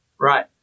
Right